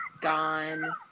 gone